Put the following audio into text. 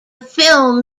film